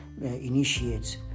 initiates